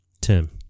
Tim